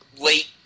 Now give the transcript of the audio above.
late